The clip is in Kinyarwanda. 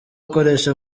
gukoresha